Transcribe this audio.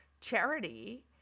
charity –